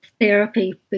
therapy